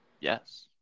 Yes